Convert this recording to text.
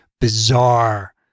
bizarre